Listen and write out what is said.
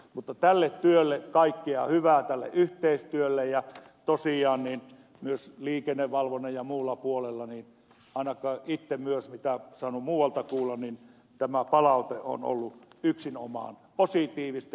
mutta tälle työlle kaikkea hyvää yhteistyölle ja tosiaan myös liikennevalvonnassa ja muulla puolella ainakin mitä itse olen saanut myös muualta kuulla tämä palaute on ollut yksinomaan positiivista